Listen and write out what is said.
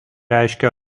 reiškia